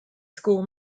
school